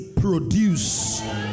Produce